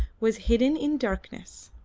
was hidden in darkness.